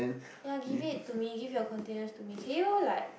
ya give it to me give your containers to me can you like